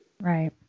Right